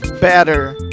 better